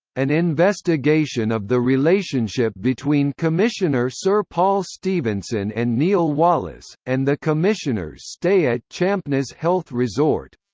an investigation of the relationship between commissioner sir paul stephenson and neil wallis, and the commissioner's stay at champneys health resort